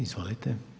Izvolite.